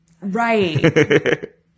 Right